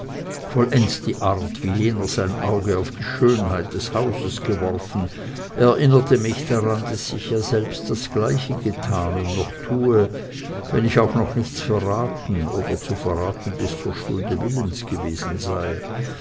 vollends die art wie jener sein auge auf die schönheit des hauses geworfen erinnerte mich daran daß ich selbst ja das gleiche getan und noch tue wenn ich auch noch nichts verraten oder zu verraten bis zur stunde willens gewesen sei